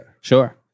Sure